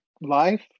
life